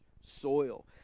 soil